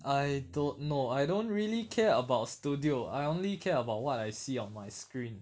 I don't know I don't really care about studio I only care about what I see on my screen